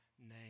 name